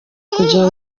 kugira